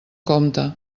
compte